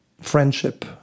friendship